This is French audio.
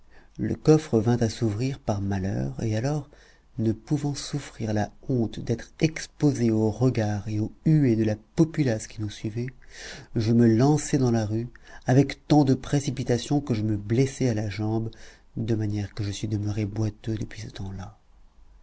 le coffre vint à s'ouvrir par malheur et alors ne pouvant souffrir la honte d'être exposé aux regards et aux huées de la populace qui nous suivait je me lançai dans la rue avec tant de précipitation que je me blessai à la jambe de manière que je suis demeuré boiteux depuis ce temps-là